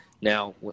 Now